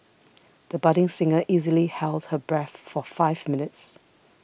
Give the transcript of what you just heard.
the budding singer easily held her breath for five minutes